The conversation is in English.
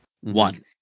One